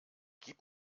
gib